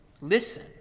listen